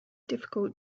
difficult